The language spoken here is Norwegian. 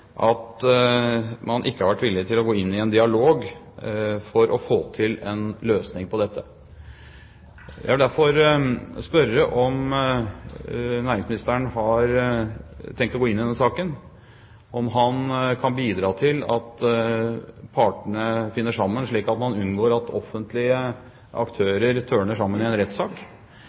at man ikke har vært villig til å gå inn i en dialog for å få til en løsning på dette. Jeg vil derfor spørre om næringsministeren har tenkt å gå inn i denne saken, om han kan bidra til at partene finner sammen, slik at man unngår at offentlige aktører tørner sammen i en rettssak,